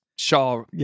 Shaw